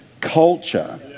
culture